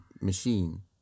machine